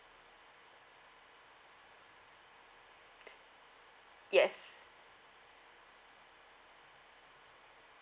yes